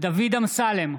דוד אמסלם,